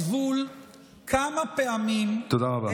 יש גבול כמה פעמים, תודה רבה.